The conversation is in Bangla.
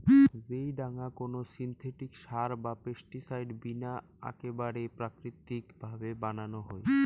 যেই ডাঙা কোনো সিনথেটিক সার বা পেস্টিসাইড বিনা আকেবারে প্রাকৃতিক ভাবে বানানো হই